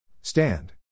Stand